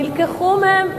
נלקחו מהם,